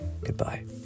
Goodbye